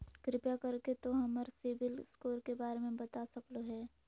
कृपया कर के तों हमर सिबिल स्कोर के बारे में बता सकलो हें?